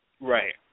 Right